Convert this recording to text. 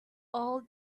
all